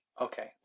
Okay